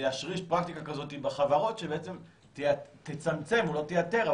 להשריש פרקטיקה כזאת בחברות שלא תייתר,